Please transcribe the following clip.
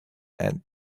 and